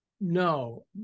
No